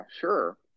sure